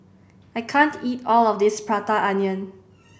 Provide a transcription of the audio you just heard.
I can't eat all of this Prata Onion